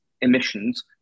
emissions